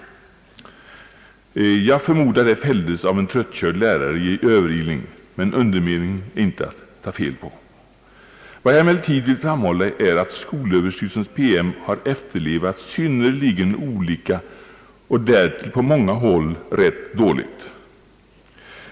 Jag förmodar att yttrandet fälldes av en tröttkörd lärare i Ööverilning, men undermeningen är inte att ta fel på. Vad jag emellertid vill framhålla är att skolöverstyrelsens PM har efterlevts synnerligen olika och därtill på många håll rätt dåligt.